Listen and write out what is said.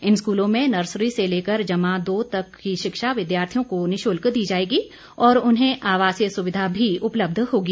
इन स्कूलों में नर्सरी से लेकर जमा दो तक की शिक्षा विद्यार्थियों को निशुल्क दी जाएगी और उन्हें आवासीय सुविधा भी उपलब्ध होगी